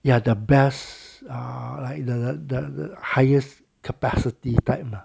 ya the best uh like the the highest capacity type lah